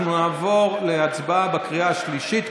אנחנו נעבור להצבעה בקריאה השלישית,